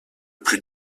plus